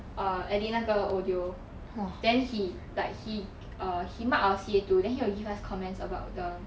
err edit 那个 audio then he like he err he mark our C_A two then he will give us comments about the